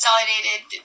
Consolidated